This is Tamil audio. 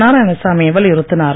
நாராயணசாமி வலியுறுத்தினார்